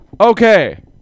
Okay